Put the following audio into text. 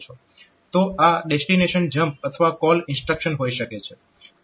તો આ destination jump અથવા કોલ ઇન્સ્ટ્રક્શન હોઈ શકે છે